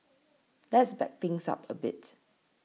let's back things up a bit